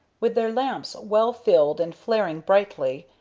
with their lamps well filled and flaring brightly,